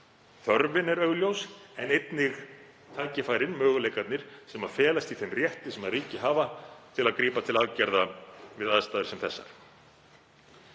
Þörfin er augljós en einnig tækifærin og möguleikarnir sem felast í þeim rétti sem ríki hafa til að grípa til aðgerða við aðstæður sem þessar.